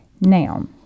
Now